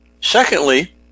Secondly